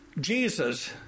Jesus